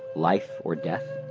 life or death?